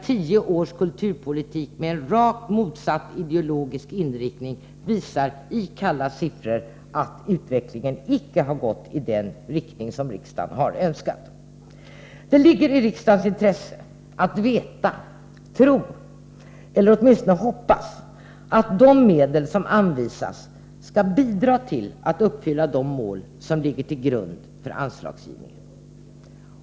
Tio års kulturpolitik med en rakt motsatt ideologisk inriktning visar i kalla siffror att utvecklingen icke gått i den riktning som riksdagen uttalat sig om. Det ligger i riksdagens intresse att veta, tro eller åtminstone hoppas att de medel som anvisas skall bidra till att de mål som anslagsgivningen grundar sig på verkligen uppfylls.